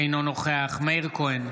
אינו נוכח מאיר כהן,